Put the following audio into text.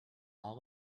all